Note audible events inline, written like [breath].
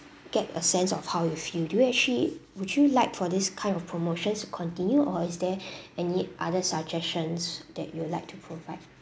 get a sense of how you feel do you actually would you like for this kind of promotions continue or is there [breath] any other suggestions that you would like to provide